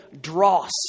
dross